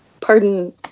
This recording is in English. pardon